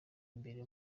imbere